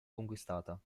conquistata